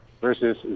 versus